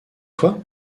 toi